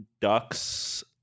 ducks